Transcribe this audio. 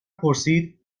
پرسید